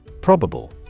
Probable